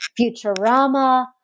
Futurama